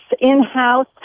in-house